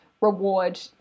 reward